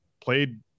played